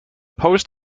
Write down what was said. post